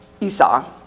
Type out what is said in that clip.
Esau